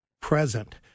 present